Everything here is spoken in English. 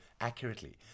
accurately